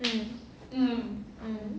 mm mm